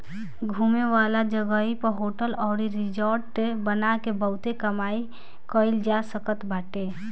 घूमे वाला जगही पअ होटल अउरी रिजार्ट बना के बहुते कमाई कईल जा सकत बाटे